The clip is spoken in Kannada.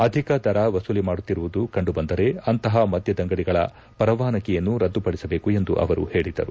ಅಧಿಕ ದರ ವಸೂಲಿ ಮಾಡುತ್ತಿರುವುದು ಕಂಡು ಬಂದರೆ ಅಂತಹ ಮದ್ದದಂಗಡಿಗಳ ಪರವಾನಗಿಯನ್ನು ರದ್ದುಪಡಿಸಬೇಕು ಎಂದು ಅವರು ಹೇಳಿದರು